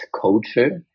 culture